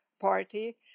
party